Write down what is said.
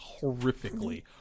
horrifically